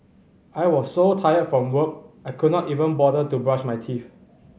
I was so tired from work I could not even bother to brush my teeth